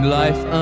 life